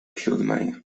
siódmej